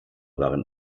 waren